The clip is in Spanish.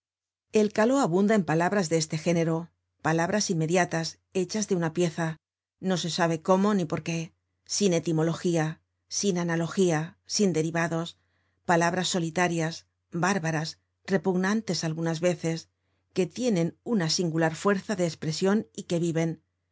el caló abunda en palabras de este género palabras inmediatas hechas de una pieza no se sabe cómo ni por qué sin etimología sin analogía sin derivados palabras solitarias bárbaras repugnantes algunas veces que tienen una singular fuerza de espresion y que viven